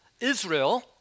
Israel